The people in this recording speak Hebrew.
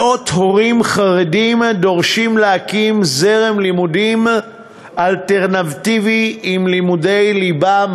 מאות הורים חרדים דורשים להקים זרם לימודים אלטרנטיבי עם לימודי ליבה,